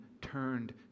turned